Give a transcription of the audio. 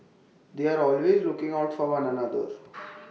they are always looking out for one another